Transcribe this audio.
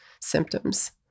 symptoms